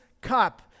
cup